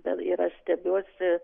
vėl ir aš stebiuosi